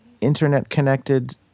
internet-connected